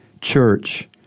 church